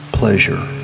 pleasure